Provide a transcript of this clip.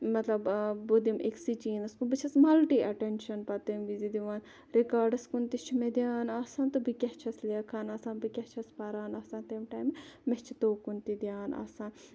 مَطلَب بہٕ دِمہِ أکسٕے چیٖنَس بہٕ چھَس مَلٹہِ ایٚٹَیٚنشَن پَتہٕ تمہِ وِزِ دِوان رِکاڈَس کُن تہِ چھُ مےٚ دِیان آسان تہٕ بہٕ کیاہ چھَس لیٚکھان آسان بہٕ کیاہ چھَس پَران آسان تمہِ ٹایمہٕ مےٚ چھِ توکُن تہِ دِیان آسان